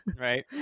right